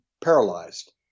paralyzed